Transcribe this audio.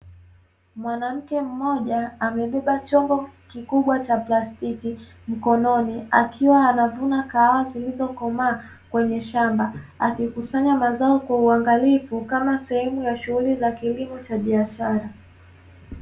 Mwanamke mmoja amebeba chombo kikubwa cha plastiki, mkononi akiwa anavuna kahawa zilizo komaa kwenye shamba, akikusanya mazao kwa uangalifu kama sehemu ya shughuli za kilimo cha biashara.